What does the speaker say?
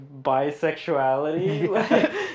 bisexuality